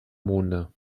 monde